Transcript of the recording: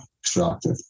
extractive